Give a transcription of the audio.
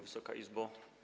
Wysoka Izbo!